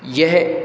यह